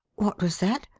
what was that?